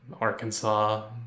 Arkansas